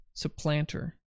Supplanter